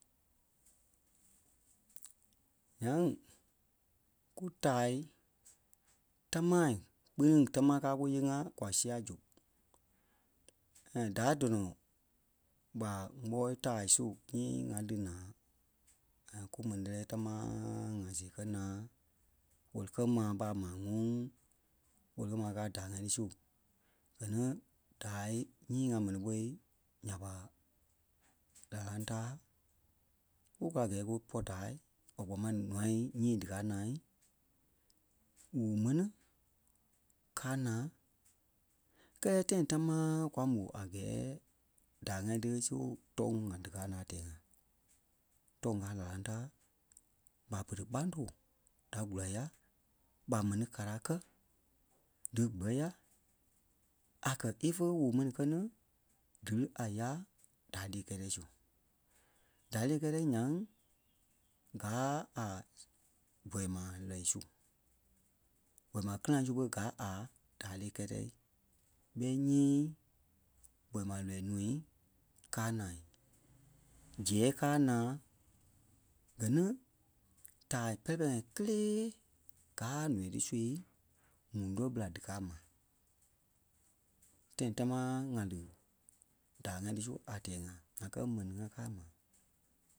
Ńyaŋ kú taa támaa kpiniŋ tamaa káa kuyée-ŋa kwa sia su. Daa tɔnɔɔ ɓa kpɔɔi taa su nyii ŋa lí naa kumɛni lɛlɛɛ támaaa ŋaa-see kɛ́ naa wɛli-kɛ́-maa ɓa maa ŋuŋ, wɛli-kɛ́-maa kaa daa ŋai ti su. Gɛ ni daai nyii ŋa mɛni ɓó nya ɓa dalaŋ-ta ku kula a gɛɛ kúpɔ taa or kpaa máŋ nûa nyii díkaa naa woo-mɛni kaa naa kɛɛ tãi támaa kwa mó a gɛɛ daa-ŋai ti su tɔ̂ŋ ŋai díkaa naa a tɛɛ-ŋa. Tɔ̂ŋ kaa lalaŋ-ta ɓa pere kpaaŋ tòo da kula ya, ɓa mɛni kala kɛ̀ dí kpɛ́ ya a kɛ̀ ífe woo-mɛni kɛ ni dí lí a ya daa lii kɛtɛ su. Daa-lee kɛ́tɛ nyaŋ gaa a boi-ma lɔ̀ii su. Boi-ma clan su ɓé gaa a daa-lee kɛ́tɛ ɓɛi nyii boi-ma lɔ̀ii nuu kaa naa. Zeɛ̂ɛ kaa naa, gɛ ni taa pɛpɛlɛɛi-ŋai kélee gáa nɔii ti sui ŋuŋ tɔɔ ɓela díkaa ma. Tãi tamaa ŋa lí daa-ŋai tí su a tɛɛ ŋa a kɛ́ mɛni ŋ́aa kaa ma